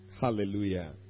Hallelujah